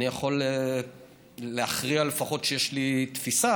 אני יכול להכריע לפחות שיש לי תפיסה,